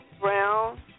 Brown